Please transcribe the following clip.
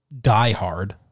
diehard